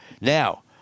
Now